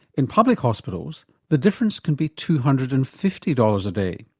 in public hospitals, the difference can be two hundred and fifty dollars a day.